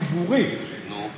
אבל התחבורה הציבורית, נו?